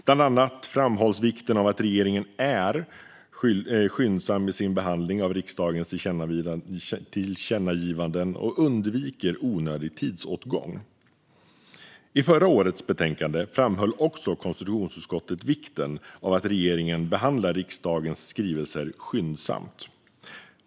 Bland annat framhålls vikten av att regeringen är skyndsam i sin behandling av riksdagens tillkännagivanden och undviker onödig tidsåtgång. I förra årets betänkande framhöll också konstitutionsutskottet vikten av att regeringen behandlar riksdagens skrivelser skyndsamt.